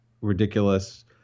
ridiculous